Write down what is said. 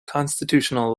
constitutional